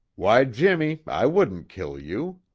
why, jimmie, i wouldn't kill you.